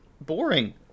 boring